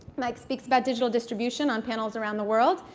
mike speaks about digital distribution on panels around the world,